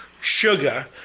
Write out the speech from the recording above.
sugar